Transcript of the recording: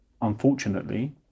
Unfortunately